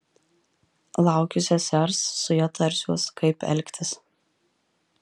laukiu sesers su ja tarsiuos kaip elgtis